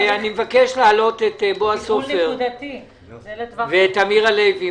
אני מבקש להעלות ב-זום את בועז יוסף ואת אמיר הלוי,